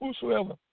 Whosoever